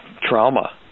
trauma